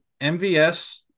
MVS